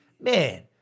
Man